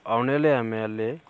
औने आह्ले M L ए